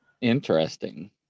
Interesting